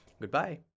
goodbye